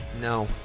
No